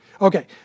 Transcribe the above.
Okay